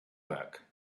work